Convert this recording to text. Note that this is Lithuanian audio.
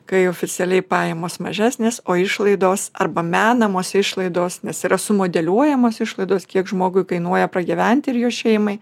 kai oficialiai pajamos mažesnės o išlaidos arba menamos išlaidos nes yra sumodeliuojamos išlaidos kiek žmogui kainuoja pragyventi ir jo šeimai